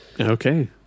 Okay